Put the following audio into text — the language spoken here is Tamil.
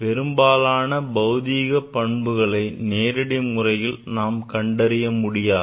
பெரும்பாலான பௌதிக பண்புகளை நேரடி முறையில் நாம் கண்டறிய முடியாது